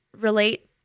relate